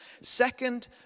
Second